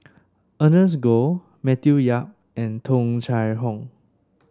Ernest Goh Matthew Yap and Tung Chye Hong